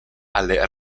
alle